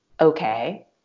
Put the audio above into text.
okay